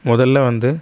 முதல்ல வந்து